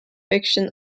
fiction